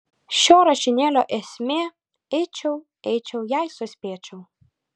šio rašinėlio esmė eičiau eičiau jei suspėčiau